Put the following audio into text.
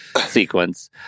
sequence